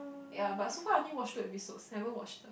ya but so far I only watch two episodes never watch the